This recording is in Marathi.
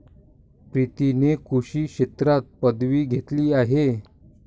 प्रीतीने कृषी शास्त्रात पदवी घेतली आहे